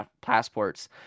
passports